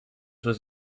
was